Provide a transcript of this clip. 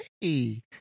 hey